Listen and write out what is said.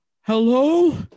Hello